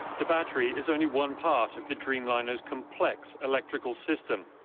the battery is only one part of the dreamliner's complex electrical system.